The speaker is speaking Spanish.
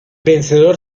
vencedor